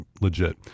legit